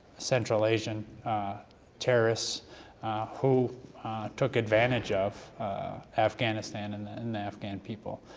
central asian terrorists who took advantage of afghanistan and the and the afghan people.